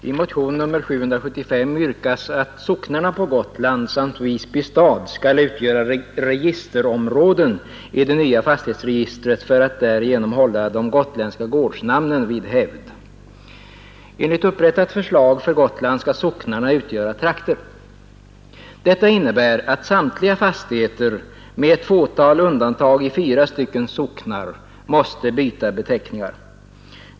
Herr talman! I motionen 775 yrkas att socknarna på Gotland samt Visby stad skall utgöra registerområden i det nya fastighetsregistret för att därigenom hålla de gotländska gårdsnamnen vid hävd. Enligt upprättat förslag för Gotland skall socknarna utgöra trakter. Detta innebär att samtliga fastigheter, med ett fåtal undantag i fyra stycken socknar, måste byta beteckningar.